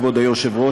כבוד היושב-ראש,